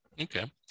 Okay